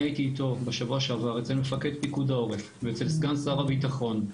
אני הייתי איתו בשבוע שעבר אצל מפקד פיקוד העורף ואצל סגן שר הביטחון.